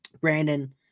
Brandon